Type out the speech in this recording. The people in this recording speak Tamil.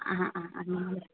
ஆ ஆ அந்தமாதிரி